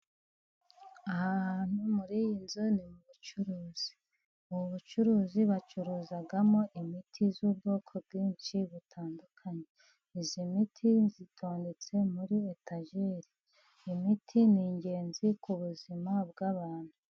Aha hantu, muri iyi nzu ni mu bucuruzi. Ubu bucuruzi bacuruzamo imiti y'ubwoko bwinshi butandukanye. Iyi miti itondetse muri etajeri. Imiti ni ingenzi ku buzima bw'abantu.